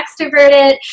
extroverted